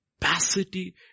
capacity